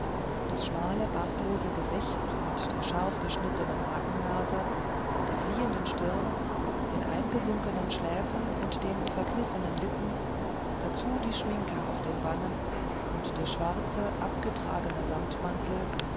das schmale bartlose gesicht mit der scharfgeschnittenen hakennase der fliehenden stirn den eingesunkenen schläfen und dem verkniffenen lippen dazu die schminke auf den wangen und der schwarze abgetragene